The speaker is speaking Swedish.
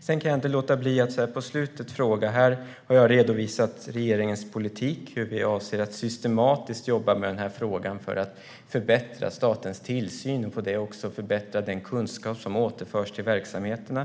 Så här på slutet kan jag inte låta bli att ställa en fråga. Jag har här redovisat regeringens politik och hur vi avser att systematiskt jobba med den här frågan för att förbättra statens tillsyn och den kunskap som återförs till verksamheterna.